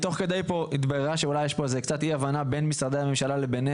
הן עובדה